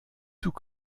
tout